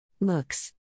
Looks